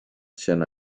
känna